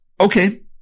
okay